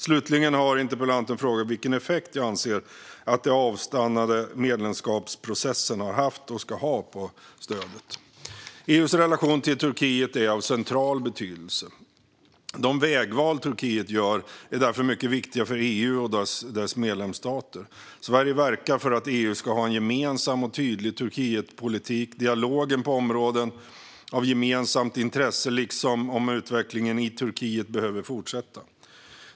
Slutligen har interpellanten frågat vilken effekt jag anser att den avstannade medlemskapsprocessen har haft och ska ha på IPA-stödet. EU:s relation till Turkiet är av central betydelse. De vägval Turkiet gör är därför mycket viktiga för EU och dess medlemsstater. Sverige verkar för att EU ska ha en gemensam och tydlig Turkietpolitik. Dialogen på områden av gemensamt intresse, liksom om utvecklingen i Turkiet, behöver fortsätta.